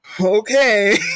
okay